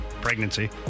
pregnancy